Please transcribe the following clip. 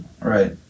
Right